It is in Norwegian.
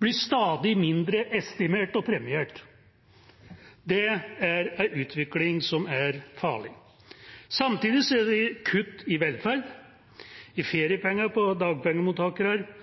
blir stadig mindre estimert og premiert. Det er en utvikling som er farlig. Samtidig ser vi kutt i velferd, i feriepenger for dagpengemottakere,